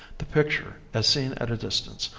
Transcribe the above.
the picture, as seen at a distance,